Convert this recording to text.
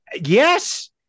Yes